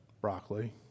Broccoli